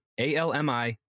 ALMI